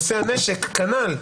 נושא הנשק כנ"ל.